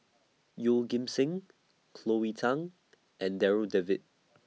Yeoh Ghim Seng Chloe Thang and Darryl David